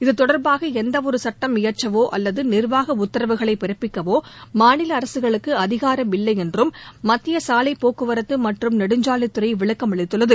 இது தொடர்பாக எந்தவொரு சுட்டம் இயற்றவோ அல்லது நிர்வாக உத்தரவுகளை பிறப்பிக்கவோ அரசுகளுக்கு அதிகாரம் இல்லை என்றும் மத்திய சாலைப்போக்குவரத்து மாநில மற்றம் நெடுஞ்சாலைத்துறை விளக்கம் அளித்துள்ளது